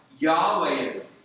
Yahwehism